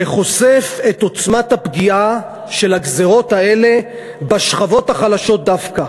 שחושף את עוצמת הפגיעה של הגזירות האלה בשכבות החלשות דווקא.